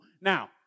Now